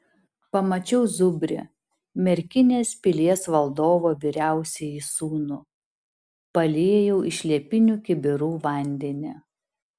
pamačiau zubrį merkinės pilies valdovo vyriausiąjį sūnų paliejau iš liepinių kibirų vandenį